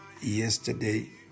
yesterday